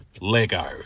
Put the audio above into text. Lego